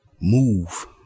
move